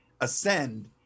ascend